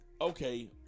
Okay